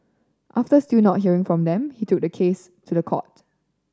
after still not hearing from them he took the case to the court